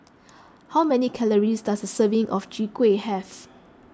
how many calories does a serving of Chwee Kueh have